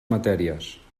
matèries